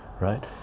right